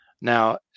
Now